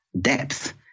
depth